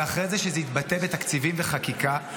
ואחרי זה שזה יתבטא בתקציבים וחקיקה,